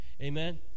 Amen